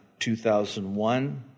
2001